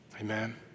Amen